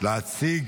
אני מזמין